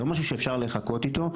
אז זה לא משהו שאפשר לחכות איתו.